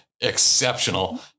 exceptional